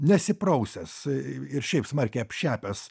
nesiprausęs ir šiaip smarkiai apšepęs